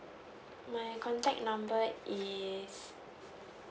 my contact number is